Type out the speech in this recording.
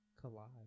collide